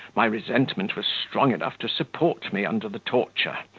my resentment was strong enough to support me under the torture,